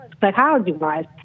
psychology-wise